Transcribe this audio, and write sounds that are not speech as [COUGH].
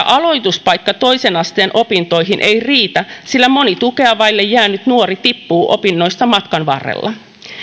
[UNINTELLIGIBLE] aloituspaikka toisen asteen opintoihin ei riitä sillä moni tukea vaille jäänyt nuori tippuu opinnoista matkan varrella